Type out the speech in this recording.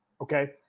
Okay